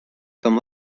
comme